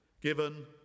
given